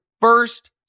first